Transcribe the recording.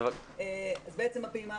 הפעימה הראשונה,